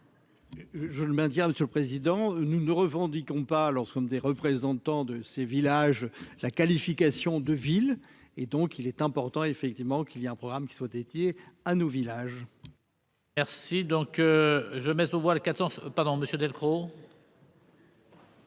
Je le maintiens, monsieur le président, nous ne revendiquons pas lorsqu'on des représentants de ces villages, la qualification de ville et donc il est important effectivement qu'il y a un programme qui soit étiez à nos villages. Merci donc je mets voix le quatorze pardon Monsieur Delcros.